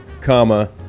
comma